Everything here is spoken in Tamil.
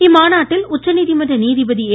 இம்மாநாட்டில் உச்சநீதிமன்ற நீதிபதி ஏ